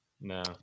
No